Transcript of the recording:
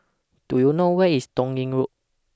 Do YOU know Where IS Toh Yi Road